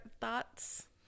thoughts